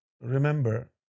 remember